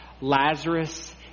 Lazarus